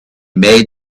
made